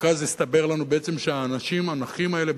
רק אז הסתבר לנו בעצם שהאנשים הנכים האלה,